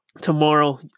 tomorrow